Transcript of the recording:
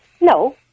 No